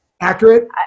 accurate